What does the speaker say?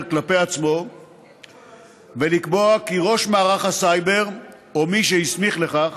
כלפי עצמו ולקבוע כי ראש מערך הסייבר או מי שהסמיך לכך